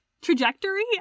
trajectory